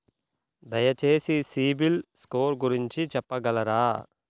దయచేసి CIBIL score గురించి చెప్పగలరా?